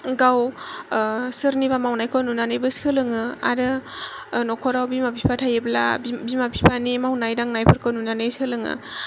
गाव सोरनिबा मावनायखौ नुनानैबो सोलोङो आरो नखराव बिमा बिफा थायोब्ला बिमा बिफानि मावनाय दांनायफोरखौ नुनानै सोलोङो